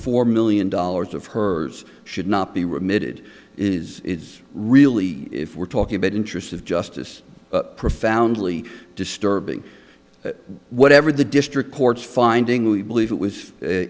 four million dollars of hers should not be remitted is it really if we're talking about interest of justice profoundly disturbing whatever the district court finding we believe it was